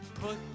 Put